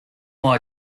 more